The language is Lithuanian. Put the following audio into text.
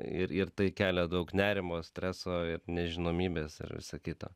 ir ir tai kelia daug nerimo streso ir nežinomybės ir visa kita